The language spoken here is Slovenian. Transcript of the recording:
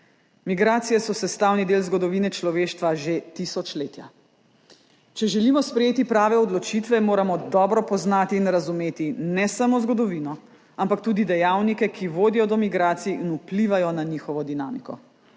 Migracije so sestavni del zgodovine človeštva že tisočletja. Če želimo sprejeti prave odločitve, moramo dobro poznati in razumeti ne samo zgodovino, ampak tudi dejavnike, ki vodijo do migracij in vplivajo na njihovo dinamiko.